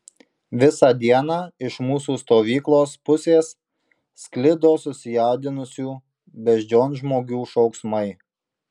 visą dieną iš mūsų stovyklos pusės sklido susijaudinusių beždžionžmogių šauksmai